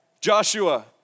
Joshua